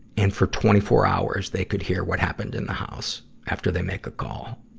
and for twenty four hours, they could hear what happened in the house after they make a call.